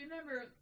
remember